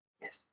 Yes